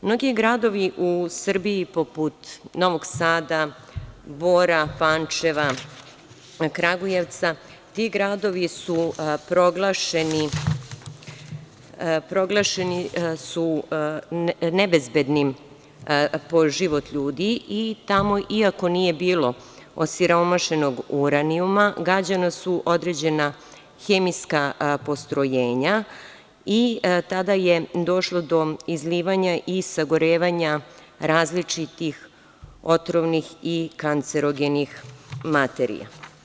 Mnogi gradovi u Srbiji poput Novog Sada, Bora, Pančeva, Kragujevca, ti gradovi su proglašeni nebezbednim po život ljudi i tamo, iako nije bilo osiromašenog uranijama, gađana su određena hemijska postrojenja i tada je došlo do izlivanja i sagorevanja različitih otrovnih i kancerogenih materija.